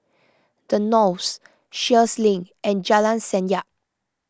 the Knolls Sheares Link and Jalan Senyum